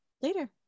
later